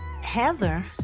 Heather